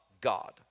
God